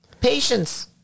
Patience